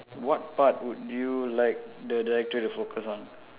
what part would you like the director to focus on